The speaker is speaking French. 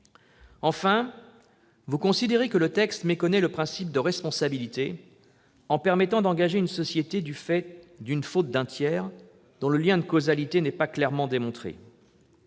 Enfin, vous considérez que le texte méconnaît le principe de responsabilité, puisqu'il permet d'engager la responsabilité d'une société du fait de la faute d'un tiers dont le lien de causalité n'est pas clairement démontré.